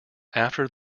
after